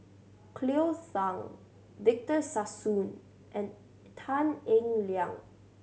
Cleo Thang Victor Sassoon and Tan Eng Liang